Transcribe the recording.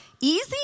Easy